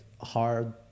hard